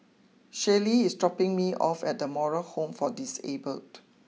Shaylee is dropping me off at the Moral Home for Disabled